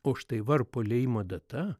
o štai varpo liejimo data